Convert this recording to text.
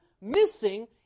missing